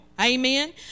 Amen